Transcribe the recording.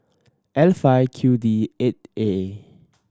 L five Q D eight A